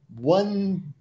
one